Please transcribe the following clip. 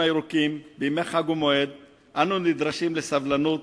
הירוקים בימי חג ומועד אנו נדרשים לסבלנות,